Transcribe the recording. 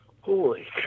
holy